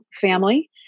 family